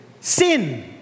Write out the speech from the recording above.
sin